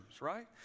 right